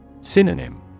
Synonym